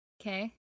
Okay